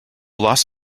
loss